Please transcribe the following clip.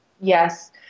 Yes